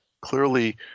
Clearly